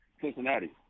Cincinnati